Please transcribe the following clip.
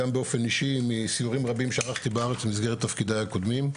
גם באופן אישי מסיורים רבים שערכתי בארץ במסגרת תפקידי הקודמים.